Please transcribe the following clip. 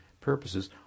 purposes